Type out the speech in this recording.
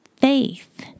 faith